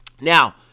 Now